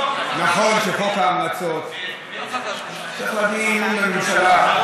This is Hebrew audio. נכון שחוק ההמלצות צריך להביע אי-אמון בממשלה,